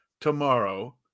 tomorrow